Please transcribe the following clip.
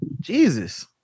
Jesus